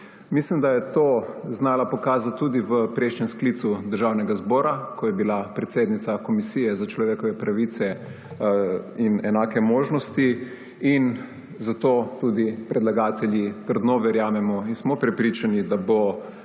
Mislim, da je to znala pokazati tudi v prejšnjem sklicu Državnega zbora, ko je bila predsednica Komisije za človekove pravice in enake možnosti. Zato predlagatelji trdno verjamemo in smo prepričani, da bo